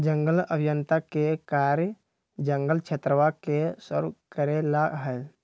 जंगल अभियंता के कार्य जंगल क्षेत्रवा के सर्वे करे ला हई